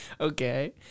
okay